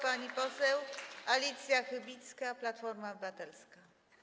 Pani poseł Alicja Chybicka, Platforma Obywatelska.